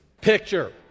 picture